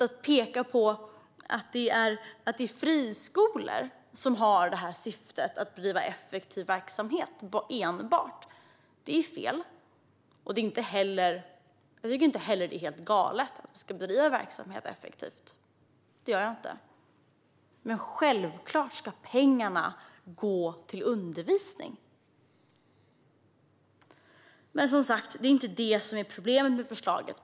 Att peka på att det är friskolor som har syftet att enbart bedriva effektiv verksamhet är fel. Jag tycker inte heller att det är helt galet att man ska bedriva verksamhet effektivt, det gör jag inte. Men självklart ska pengarna gå till undervisning. Men, som sagt, det är inte det som är problemet med förslaget.